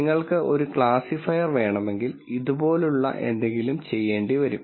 നിങ്ങൾക്ക് ഒരു ക്ലാസിഫയർ വേണമെങ്കിൽ ഇതുപോലുള്ള എന്തെങ്കിലും ചേണ്ടിവരും